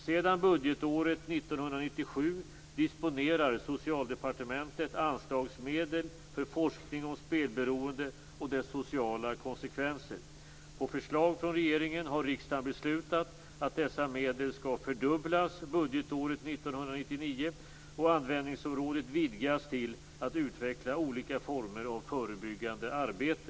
Sedan budgetåret 1997 disponerar Socialdepartementet anslagsmedel för forskning om spelberoendet och dess sociala konsekvenser. På förslag från regeringen har riksdagen beslutat att dessa medel skall fördubblas budgetåret 1999 och användningsområdet vidgas till att utveckla olika former av förebyggande arbete.